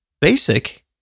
basic